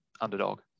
underdog